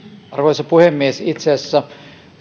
arvoisa puhemies itse asiassa